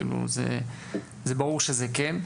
זה ברור שזה כן.